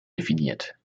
definiert